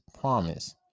promise